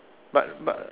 but but